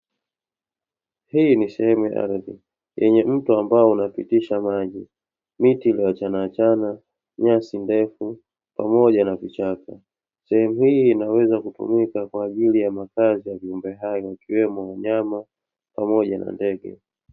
Hii ni sehemu ya ardhi yenye mto ambao unapitisha maji, miti ilioachana achana, nyasi ndefu pamoja na vichaka. Sehemu hii inaweze kutumika kwa ajili ya makazi ya viumbe hai wakiwemo Wanyama pamoja na ndege.